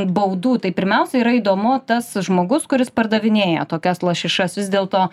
baudų tai pirmiausia yra įdomu tas žmogus kuris pardavinėja tokias lašišas vis dėlto